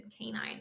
canine